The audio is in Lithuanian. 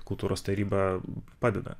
kultūros taryba padeda